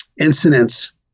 incidents